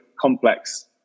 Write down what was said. complex